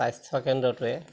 স্বাস্থ্যকেন্দ্ৰটোৱে